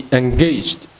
engaged